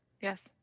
Yes